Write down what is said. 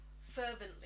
fervently